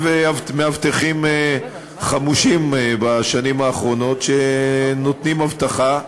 בשנים האחרונות מאבטחים חמושים שנותנים אבטחה,